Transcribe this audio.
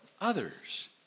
others